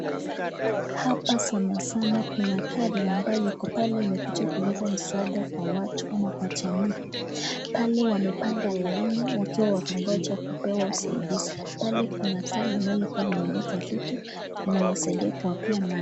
Hapa sana sana kuna gari ambayo iko pale imekuja kuleta msaada kwa watu ama kwa jamii, pale wamepanga laini wakiwa wakingoja kupewa usaidizi, pale kuna gari ambalo lilikuwa limeleta vitu inawasaidia kwa kila mara.